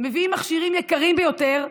מביאים מכשירים יקרים ביותר,